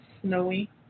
snowy